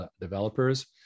developers